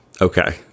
okay